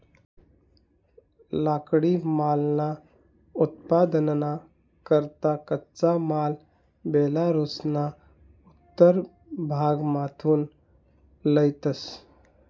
लाकडीमालना उत्पादनना करता कच्चा माल बेलारुसना उत्तर भागमाथून लयतंस